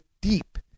deep